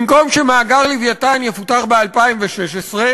במקום שמאגר "לווייתן" יפותח ב-2016,